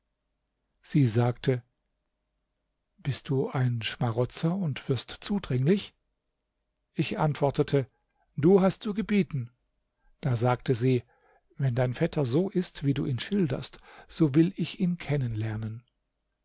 sie sagte bist du ein schmarotzer und wirst zudringlich ich antwortete du hast zu gebieten da sagte sie wenn dein vetter so ist wie du ihn schilderst so will ich ihn